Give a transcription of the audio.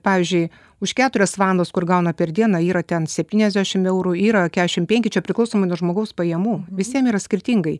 pavyzdžiui už keturias valandas kur gauna per dieną yra ten septyniasdešim eurų yra kešim penki čia priklausomai nuo žmogaus pajamų visiem yra skirtingai